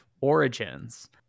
origins